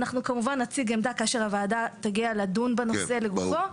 אנחנו כמובן נציג עמדה כאשר הוועדה תגיע לדון בנושא לגופו.